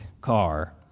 car